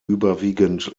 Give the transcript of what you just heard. überwiegend